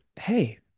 hey